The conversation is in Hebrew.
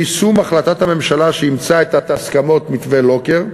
יישום החלטת הממשלה שאימצה את הסכמות מתווה לוקר,